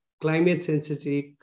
climate-sensitive